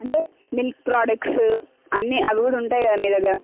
అంటే milk products అన్నీ అవి కూడా ఉంటాయి కదా మీ దగ్గర